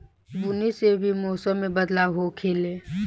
बुनी से भी मौसम मे बदलाव होखेले